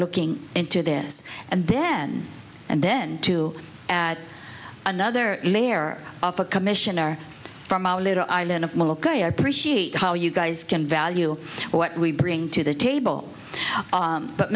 looking into this and then and then to add another layer of a commissioner from our little island of molokai appreciate how you guys can value what we bring to the table